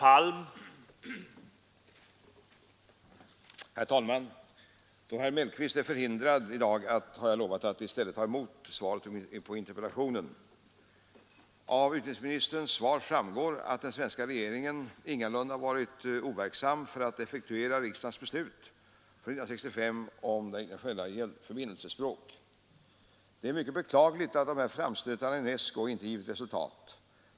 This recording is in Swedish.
Då herr Mellqvist i dag är förhindrad har jag lovat att i stället ta emot svaret på interpellationen. Av utbildningsministerns svar framgår att den svenska regeringen ingalunda varit overksam för att effektuera riksdagens beslut från 1965 ett internationellt språk Det är mycket beklagligt att dessa framstötar i UNESCO inte givit resultat.